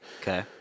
okay